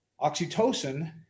Oxytocin